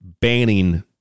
banning